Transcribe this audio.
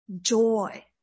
joy